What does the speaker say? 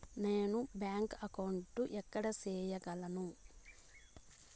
నేను bank account ఎక్కడ సేయగలను